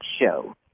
Show